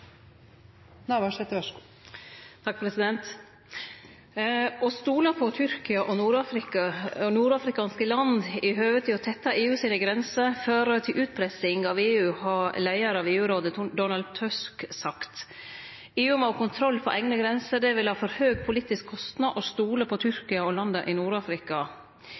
Å stole på Tyrkia og nordafrikanske land når det gjeld å tette EUs grenser, fører til utpressing av EU, har leiaren av EU-rådet, Donald Tusk, sagt. EU må ha kontroll over eigne grenser, det vil ha for høg politisk kostnad å stole på Tyrkia og landa i